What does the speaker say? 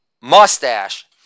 mustache